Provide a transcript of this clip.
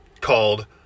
called